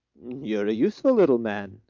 you're a useful little man,